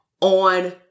on